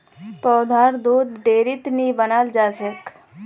पौधार दुध डेयरीत नी बनाल जाछेक